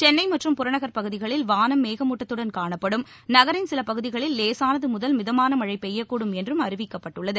சென்னைமற்றும் புறநகர் பகுதிகளில் வானம் மேகமூட்டத்துடன் காணப்படும் நகரின் சிலபகுதிகளில் லேசானதுமுதல் மிதமானமழைபெய்யக்கூடும் என்றும் அறிவிக்கப்பட்டுள்ளது